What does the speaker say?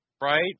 right